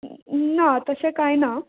ना तशें कांय ना